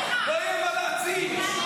לא יהיה מה להציל.